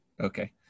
Okay